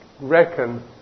reckon